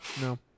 No